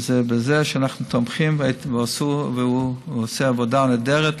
שאנחנו תומכים בו, והוא עושה עבודה נהדרת